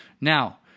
Now